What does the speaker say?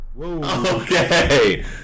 Okay